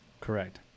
Correct